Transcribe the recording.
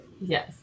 Yes